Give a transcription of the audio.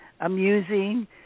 amusing